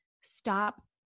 stop